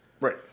Right